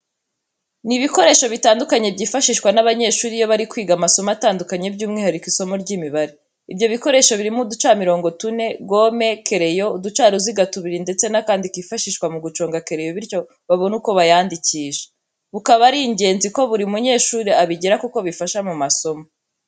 Ni ibikoresho bitandukanye byifashishwa n'abanyeshuri iyo bari kwiga amasomo atandukanye by'umwihariko isimo ry'Imibare. ibyo bikoresho birimo uducamirongo tune, gome, kereyo, uducaruziga tubiri ndetse n'akandi kifashishwa mu guconga kereyo bityo babone uko bayandikisha. Bukaba ari inenzi ko buri munyeshuri abigira kuko bifasha mu masomo.